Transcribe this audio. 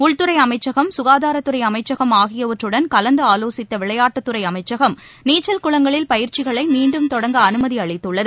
உள்துறை அமைச்சகம் சுகாதாரத்துறை அமைச்சகம் ஆகியவற்றடன் கலந்து ஆலோசித்த விளையாட்டுத்துறை அமைச்சகம் நீச்சல் குளங்களில் பயிற்சிகளை மீண்டும் தொடங்க அனுமதி அளித்துள்ளது